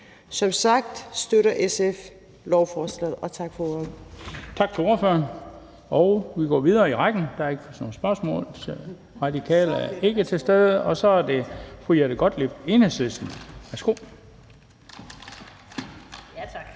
Som sagt støtter SF lovforslaget.